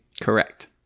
Correct